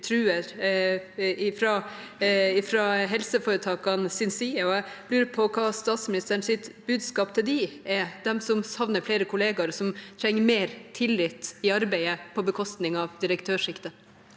true fra helseforetakenes side. Jeg lurer på hva som er statsministerens budskap til dem, de som savner flere kolleger, og som trenger mer tillit i arbeidet på bekostning av direktørsjiktet.